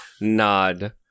nod